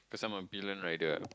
cause I'm a pillion rider